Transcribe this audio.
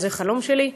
שזה החלום שלי,